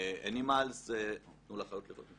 מאנימלס או תנו לחיות לחיות.